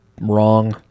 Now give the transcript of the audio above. wrong